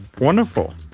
Wonderful